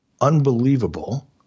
unbelievable